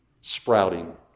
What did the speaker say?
sprouting